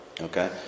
Okay